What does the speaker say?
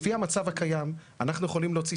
לפי המצב הקיים אנחנו יכולים להוציא